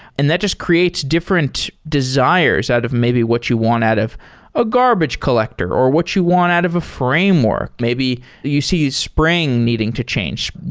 and that just creates different desires out of maybe what you want out of a garbage collector or what you want out of a framework. maybe you see spring needing to change.